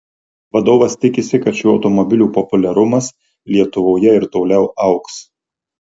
vadovas tikisi kad šių automobilių populiarumas lietuvoje ir toliau augs